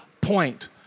point